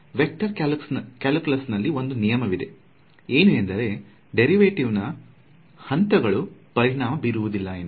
vector calculus ನಲ್ಲಿ ಒಂದು ನಿಯಮವಿದೆ ಏನು ಎಂದರೆ ಡೇರಿವೆಟಿವ್ ನಾ ಹಂತ ಪರಿಣಾಮ ಬೀರುವುದಿಲ್ಲ ಎಂದು